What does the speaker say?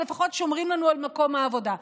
אבל לפחות שומרים לנו על מקום העבודה.